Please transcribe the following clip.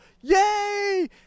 Yay